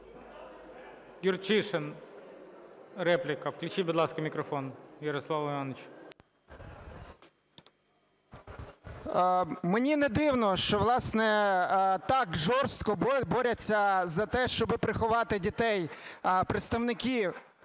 Мені не дивно, що, власне, так жорстко борються за те, щоб приховати дітей представники